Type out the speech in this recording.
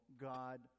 god